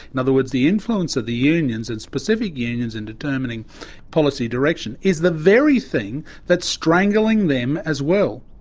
in other words the influence of the unions and specific unions in determining policy direction, is the very thing that is strangling them as well.